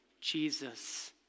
Jesus